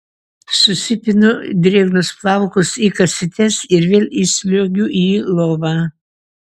susipinu drėgnus plaukus į kasytes ir vėl įsliuogiu į lovą